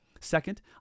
Second